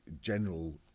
general